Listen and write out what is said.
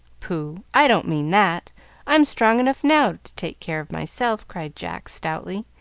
pooh! i don't mean that i'm strong enough now to take care of myself, cried jack, stoutly.